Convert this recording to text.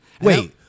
Wait